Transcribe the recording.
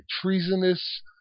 treasonous